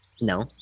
No